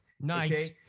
Nice